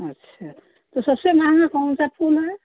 अच्छा तो सबसे महँगा कौन सा फूल है